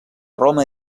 roma